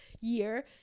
year